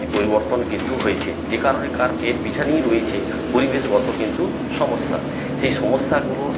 এই পরিবর্তন কিন্তু হয়েছে যে কারণে এর পিছনেই রয়েছে পরিবেশগত কিন্তু সমস্যা সেই সমস্যাগুলো